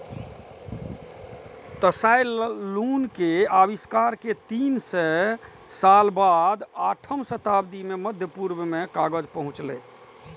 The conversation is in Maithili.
त्साई लुन के आविष्कार के तीन सय साल बाद आठम शताब्दी मे मध्य पूर्व मे कागज पहुंचलै